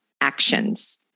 actions